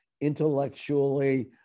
intellectually